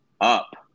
up